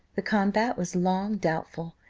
the combat was long doubtful,